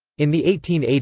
in the eighteen eighty